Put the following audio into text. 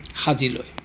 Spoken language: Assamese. সাজি লয়